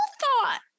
thought